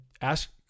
ask